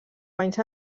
banys